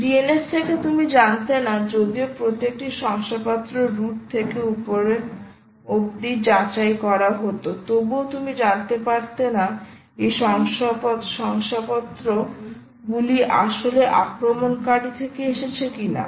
DNSSEC এ তুমি জানতে না যদিও প্রত্যেকটি শংসাপত্র রুট থেকে উপর অব্দি যাচাই করা হতো তবুও তুমি জানতে পারতে না এই শংসাপত্র গুলি আসলে আক্রমণকারী থেকে এসেছে কিনা